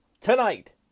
tonight